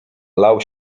lał